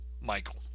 Michael